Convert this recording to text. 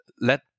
let